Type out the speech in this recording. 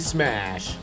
Smash